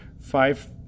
five